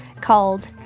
called